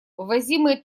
ввозимые